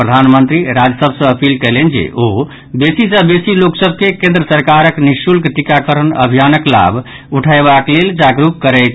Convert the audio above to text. प्रधानमंत्री राज्यसभ सॅ अपील कयलनि जे ओ बेसी सॅ बेसी लोकसभ के केन्द्र सरकारक निःशुल्क टीकाकरण अभियानक लाभ उठयबाक लेल जारूक करैथ